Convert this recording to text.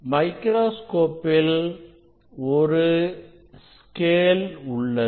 மைக்ராஸ்கோப்பில் ஒரு ஸ்கேல் உள்ளது